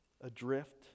adrift